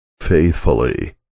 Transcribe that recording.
faithfully